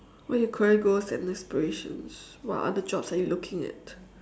what are your career goals and aspirations what other jobs are you looking at